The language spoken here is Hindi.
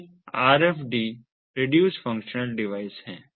ये RFD रेडयूस्ड फंक्शनल डिवाइस हैं